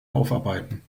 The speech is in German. aufarbeiten